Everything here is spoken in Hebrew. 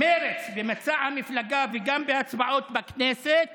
מרצ: במצע המפלגה וגם בהצבעות הכנסת